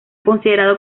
considerado